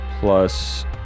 plus